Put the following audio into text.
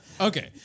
Okay